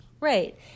Right